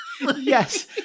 Yes